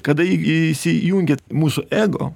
kada į įsijungia mūsų ego